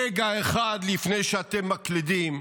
רגע אחד לפני שאתם מקלידים,